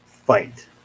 fight